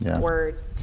word